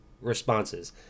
Responses